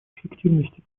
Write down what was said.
эффективности